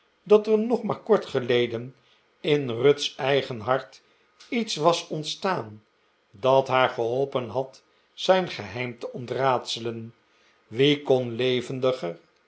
dat er nog maar kort geleden in ruth's eigen hart lets was ontstaan dat haar geholpen had zijn geheim te ontraadselen wie kon